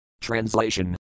Translation